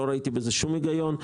לא ראיתי בזה שום היגיון.